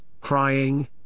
crying